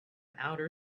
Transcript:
outer